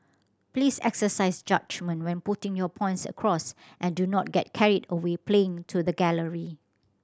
please exercise judgement when putting your points across and do not get carried away playing to the gallery